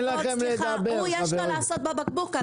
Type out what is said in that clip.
הוא יכול לעשות בבקבוק.